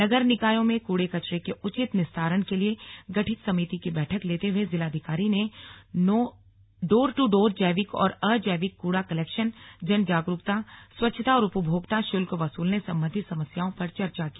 नगर निकायों में कूड़े कचरे के उचित निस्तारण के लिए गठित समिति की बैठक लेते हुए जिलाधिकारी ने डोर टू डोर जैविक और अजैविक कूड़ा कलैक्शन जन जागरूकता स्वच्छता और उपभोक्ता शुल्क वसूलने संबधी समस्याओं पर चर्चा की